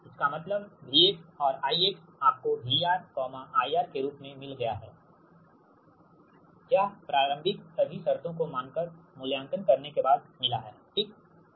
इसका मतलब V और I आपको VRIR के रूप में मिल गया है मिला है प्रारंभिक सभी शर्तों को मानकर मुल्यांकन करने के बाद ठीक है